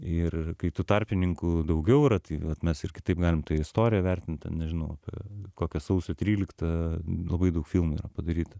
ir kai tų tarpininkų daugiau yra tai vat mes irgi galim tą istoriją vertint ten nežinau apie kokią sausio tryliktą labai daug filmų yra padaryta